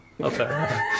Okay